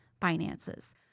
finances